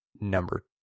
number